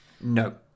No